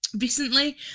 recently